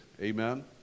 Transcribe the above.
Amen